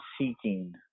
seeking